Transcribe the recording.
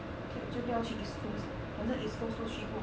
就就不要去 east coast 了反正 east coast 都去过